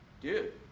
Dude